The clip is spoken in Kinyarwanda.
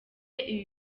ibi